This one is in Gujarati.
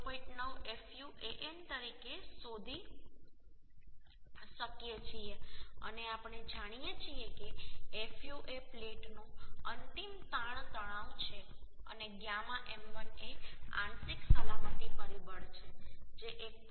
9 fu An તરીકે શોધી શકીએ છીએ અને આપણે જાણીએ છીએ કે fu એ પ્લેટનો અંતિમ તાણ તણાવ છે અને γ m1 એ આંશિક સલામતી પરિબળ છે જે 1